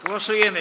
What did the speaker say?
Głosujemy.